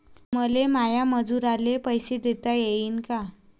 मले माया मजुराचे पैसे देता येईन का?